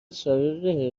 سارق